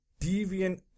deviant